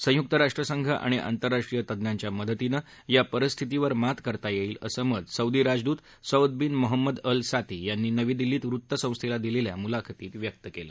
संयुक राष्ट्रसंघ आणि आंतरराष्ट्रीय तज्ञांच्या मदतीने या परिस्थितीवर मात करता येईल असं मत सौदी राजदूत सौदबिन मोहम्मद अल साती यांनी नवी दिल्लीत वृत्तसंस्थेला दिलेल्या मुलाखतीत व्यक्त केलं